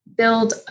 build